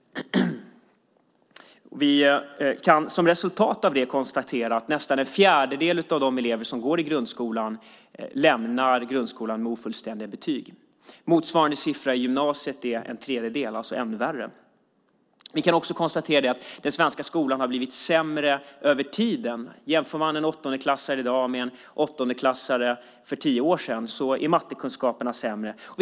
Vi kan konstatera att ett resultat av detta är att nästan en fjärdedel av de elever som går i grundskolan lämnar grundskolan med ofullständiga betyg. Motsvarande siffra i gymnasiet är en tredjedel. Det är alltså ännu värre. Vi kan också konstatera att den svenska skolan har blivit sämre över tiden. Jämför man en åttondeklassare i dag med en åttondeklassare för tio år sedan ser man att mattekunskaperna nu är sämre.